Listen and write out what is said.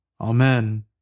Amen